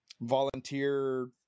volunteer